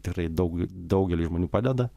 tikrai daug daugeliui žmonių padeda